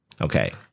Okay